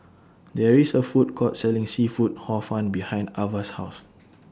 There IS A Food Court Selling Seafood Hor Fun behind Avah's House